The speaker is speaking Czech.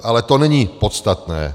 Ale to není podstatné.